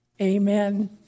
Amen